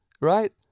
right